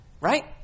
right